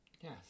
Yes